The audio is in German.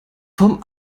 vom